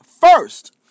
first